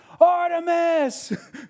Artemis